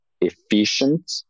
efficient